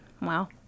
Wow